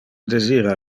desira